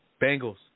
Bengals